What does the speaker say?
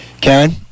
karen